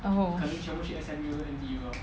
oh